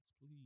Please